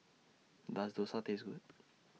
Does Dosa Taste Good